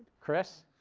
chris.